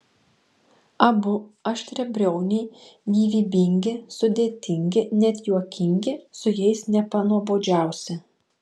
abu aštriabriauniai gyvybingi sudėtingi net juokingi su jais nepanuobodžiausi